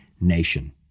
nation